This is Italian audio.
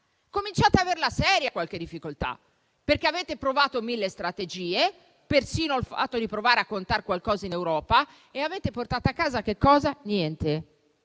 Cominciate anzi ad avere serie difficoltà, perché avete provato mille strategie, persino il fatto di provare a contare qualcosa in Europa, e non avete portato a casa niente,